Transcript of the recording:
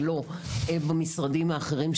שלו במשרדים האחרים,